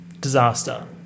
Disaster